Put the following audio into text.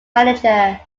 manager